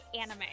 anime